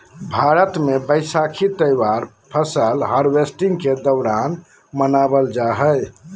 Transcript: भारत मे वैसाखी त्यौहार फसल हार्वेस्टिंग के दौरान मनावल जा हय